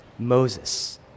Moses